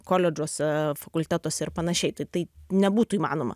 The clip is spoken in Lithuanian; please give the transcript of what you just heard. koledžuose fakultetuose ir panašiai tai tai nebūtų įmanoma